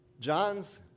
John's